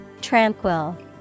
Tranquil